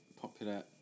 popular